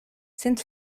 sind